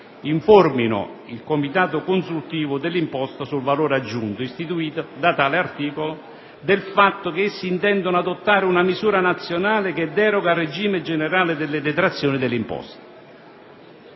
informino il Comitato consultivo dell'imposta sul valore aggiunto, istituito da tale articolo, del fatto che essi intendono adottare una misura nazionale che deroga al regime generale delle detrazioni delle imposte.